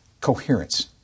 coherence